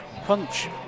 punch